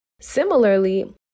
Similarly